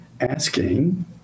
asking